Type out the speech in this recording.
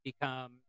become